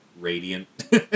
radiant